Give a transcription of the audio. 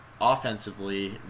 offensively